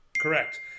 Correct